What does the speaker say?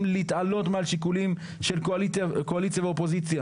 להתעלות מעל שיקולים של קואליציה ואופוזיציה,